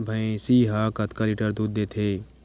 भंइसी हा कतका लीटर दूध देथे?